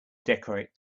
decorate